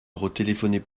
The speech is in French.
retéléphoner